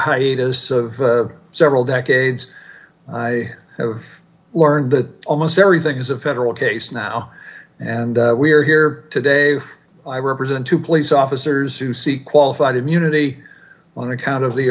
hiatus of several decades i have learned that almost everything is a federal case now and we are here today i represent two police officers who seek qualified immunity on account of the